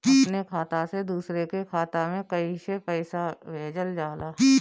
अपने खाता से दूसरे के खाता में कईसे पैसा भेजल जाला?